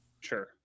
Sure